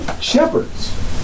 shepherds